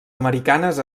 americanes